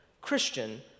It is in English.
Christian